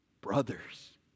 Brothers